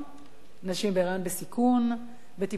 נשים בהיריון בסיכון, בטיפולי פוריות?